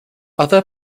other